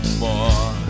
more